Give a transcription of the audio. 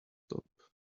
top